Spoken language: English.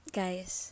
guys